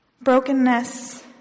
Brokenness